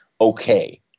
okay